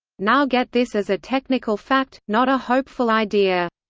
now get this as a technical fact, not a hopeful idea.